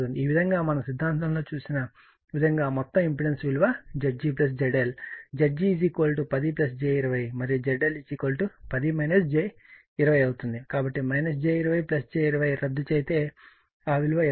ఈ విధంగా మన సిద్ధాంతంలో చూసిన విధంగా మొత్తం ఇంపెడెన్స్ విలువ Zg ZL Zg 10 j 20 మరియు ZL 10 j 20 అవుతుంది కాబట్టి j 20 j 20 రద్దు అయితే ఆ విలువ 20 Ω అవుతుంది